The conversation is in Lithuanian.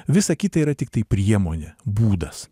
visa kita yra tiktai priemonė būdas